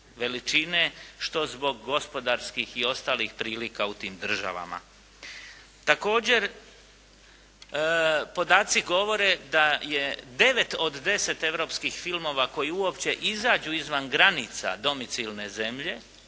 što zbog gospodarskih i ostalih prilika u tim državama. Također podaci govore da je 9 od 10 europskim filmova koji uopće izađu izvan granica domicilne zemlje,